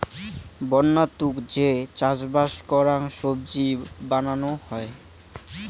বন্য তুক যে চাষবাস করাং সবজি বানানো হই